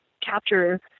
capture